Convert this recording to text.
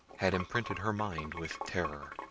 had imprinted her mind with terror,